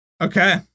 okay